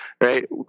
Right